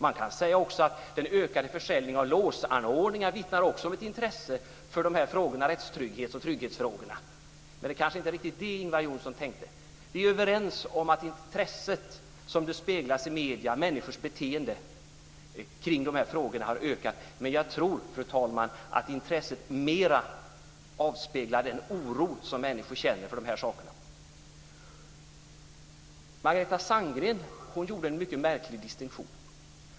Det går också att säga att den ökade försäljningen av låsanordningar vittnar om ett intresse för rättstrygghet och trygghetsfrågorna. Men det är kanske inte riktigt det som Ingvar Johnsson tänkte på. Vi är överens om att intresset såsom det speglas i medierna, människors beteenden kring frågorna, har ökat. Men jag tror, fru talman, att intresset mer avspeglar den oro som människor känner. Margareta Sandgren gjorde en märklig distinktion.